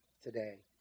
today